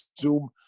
Zoom